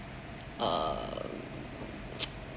uh